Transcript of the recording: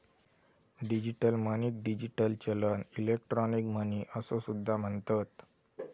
digital मनीक digital चलन, electronic money असो सुद्धा म्हणतत